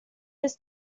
ist